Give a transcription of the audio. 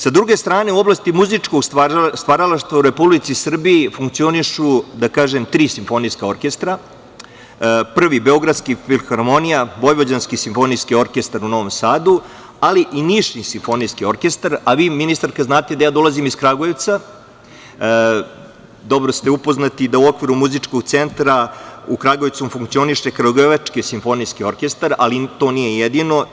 Sa druge strane, u oblasti muzičkog stvaralaštva u Republici Srbiji funkcionišu tri simfonijska orkestra: Beogradska filharmonija, Vojvođanski simfonijski orkestar u Novom Sadu, ali i Niški simfonijski orkestar, a vi, ministarka, znate da dolazim iz Kragujevca, dobro ste upoznati da u okviru Muzičkog centra u Kragujevcu funkcioniše Kragujevački simfonijski orkestar, ali to nije jedino.